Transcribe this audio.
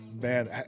man